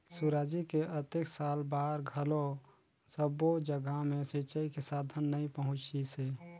सुराजी के अतेक साल बार घलो सब्बो जघा मे सिंचई के साधन नइ पहुंचिसे